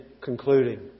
concluding